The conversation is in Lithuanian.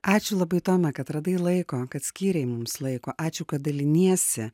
ačiū labai toma kad radai laiko kad skyrei mums laiko ačiū kad daliniesi